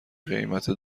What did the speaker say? قیمت